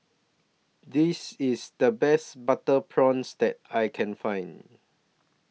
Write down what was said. This IS The Best Butter Prawns that I Can Find